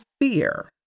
fear